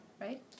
right